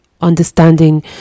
understanding